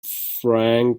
frank